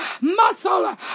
Muscle